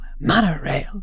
monorail